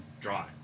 dry